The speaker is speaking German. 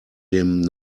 dem